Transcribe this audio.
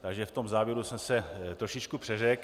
Takže v závěru jsem se trošičku přeřekl.